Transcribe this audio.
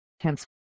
Hence